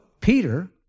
Peter